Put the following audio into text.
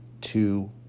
two